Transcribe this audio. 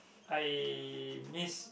I miss